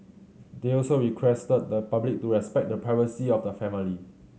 they also requested the public to respect the privacy of the family